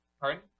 Pardon